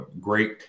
Great